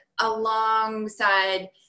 alongside